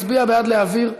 מצביע בעד להעביר.